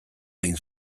hain